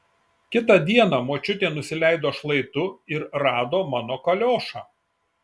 kitą dieną močiutė nusileido šlaitu ir rado mano kaliošą